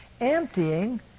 emptying